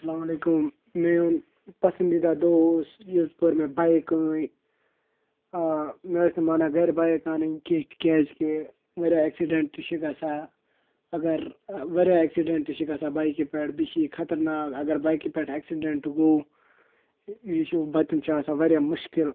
اَسَلامُ علیکُم میون پَسنٛدیٖدہ دۄہ اوس یِژ پٔر مےٚ بایِک أنۍ آ مےٚ ٲسۍ نہٕ مانان گَرِ بایِک اَنٕنۍ کیٚنٛہہ کیٛازِکہِ واریاہ اٮ۪کسِڈٮ۪نٛٹ تہِ چھِ گژھان اگر واریاہ اٮ۪کسِڈَنٛٹ تہِ چھِ گژھان بایکہِ پٮ۪ٹھ بیٚیہِ چھِ یہِ خطرناک اگر بایکہِ پٮ۪ٹھ اٮ۪کسِڈٮ۪نٛٹ گوٚو یہِ چھُ بَچُن چھُ آسان واریاہ مُشکِل